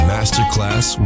Masterclass